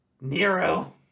Nero